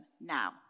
now